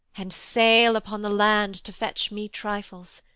and sail upon the land, to fetch me trifles,